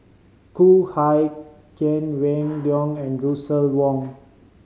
Khoo Kay Hian Wang Dayuan and Russel Wong